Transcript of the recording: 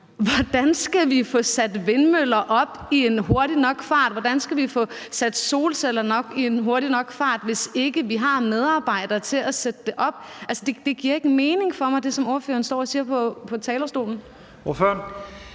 Hvordan skal vi få sat vindmøller op i en hurtig nok fart, og hvordan skal vi få sat solceller op i en hurtig nok fart, hvis vi ikke har medarbejdere til at sætte dem op? Det, som ordføreren står og siger på talerstolen,